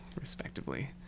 respectively